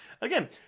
Again